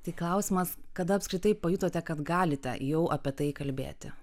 tai klausimas kada apskritai pajutote kad galite jau apie tai kalbėti